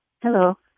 hello